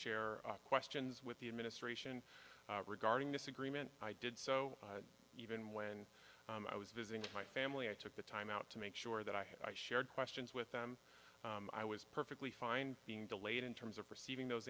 share questions with the administration regarding this agreement i did so even when i was visiting my family i took the time out to make sure that i had i shared questions with them i was perfectly fine being delayed in terms of receiving those